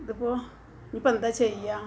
ഇതിപ്പോള് ഇനിയിപ്പോള് എന്താണു ചെയ്യുക